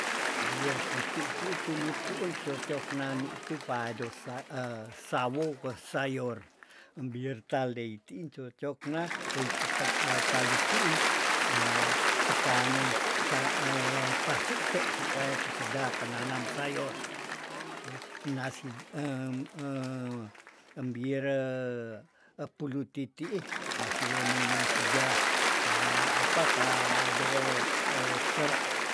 Bir putih titulutuun cocok nani tu padosa sawo ko sayor bir taldeiti cocok na sei tu pak palutuun pekanen pasu pe supaya tu sedap penanam sayor woh nasi embire epulu titiih pasiwonei nasi jah pa apa pa do serak.